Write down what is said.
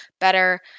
better